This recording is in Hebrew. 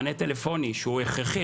מענה טלפוני שהוא הכרחי,